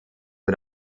von